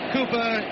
Cooper